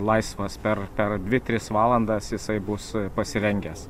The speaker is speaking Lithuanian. laisvas per per dvi tris valandas jisai bus pasirengęs